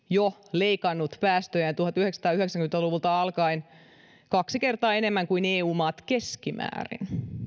jo leikannut päästöjään tuhatyhdeksänsataayhdeksänkymmentä luvulta alkaen kaksi kertaa enemmän kuin eu maat keskimäärin